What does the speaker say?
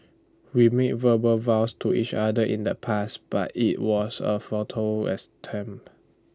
we made verbal vows to each other in the past but IT was A futile attempt